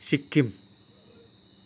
Sikkim